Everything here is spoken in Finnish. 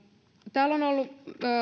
täällä on ollut